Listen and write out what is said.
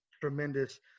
tremendous